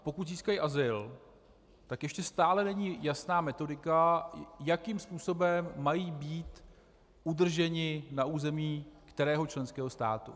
Pokud získají azyl, tak ještě stále není jasná metodika, jakým způsobem mají být udrženi na území kterého členského státu.